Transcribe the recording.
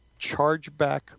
chargeback